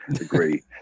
agree